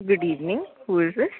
good evening who is this